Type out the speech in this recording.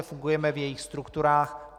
Fungujeme v jejích strukturách.